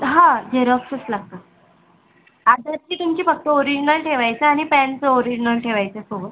हां झेरॉक्सच लागतात आधारची तुमची फक्त ओरिजनल ठेवायचं आणि पॅनचं ओरिजनल ठेवायचं सोबत